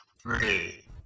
three